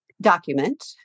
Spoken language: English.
document